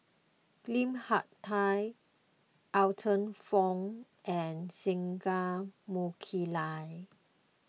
Lim Hak Tai Arthur Fong and Singai Mukilan